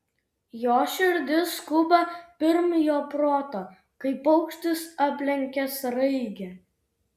jo širdis skuba pirm jo proto kaip paukštis aplenkia sraigę